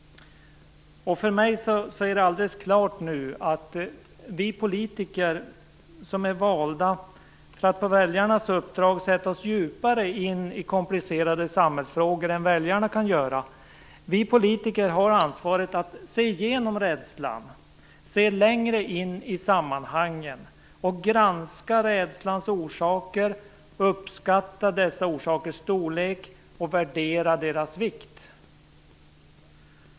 För mig är det uppenbart att vi politiker, som är valda för att på väljarnas uppdrag sätta oss djupare in i de komplicerade samhällsfrågorna än väljarna kan göra, har ansvaret att se igenom rädslan, se längre in i sammanhangen, granska rädslans orsaker och uppskatta dessa orsakers storlek och värdera deras vikt.